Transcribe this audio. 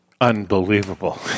Unbelievable